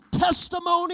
testimony